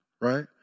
Right